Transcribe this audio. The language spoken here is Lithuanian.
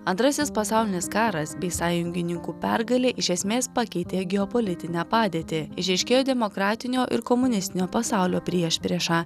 antrasis pasaulinis karas bei sąjungininkų pergalė iš esmės pakeitė geopolitinę padėtį išryškėjo demokratinio ir komunistinio pasaulio priešprieša